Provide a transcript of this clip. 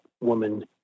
woman